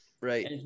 Right